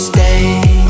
Stay